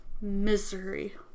Misery